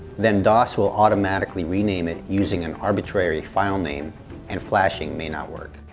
then dos will automatically rename it using an arbitrary filename and flashing may not work.